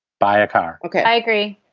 biochar ok, i agree.